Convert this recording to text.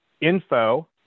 info